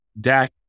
Dak